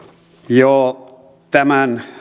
jo tämän